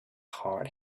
heart